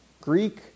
Greek